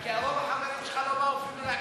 כי רוב החברים שלך לא באו אפילו להקשיב.